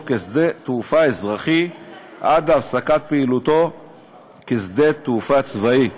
כשדה-תעופה אזרחי עד להפסקת פעילותו כשדה-תעופה צבאי.